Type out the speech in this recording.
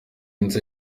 nzu